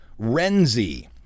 Renzi